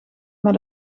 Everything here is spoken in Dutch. maar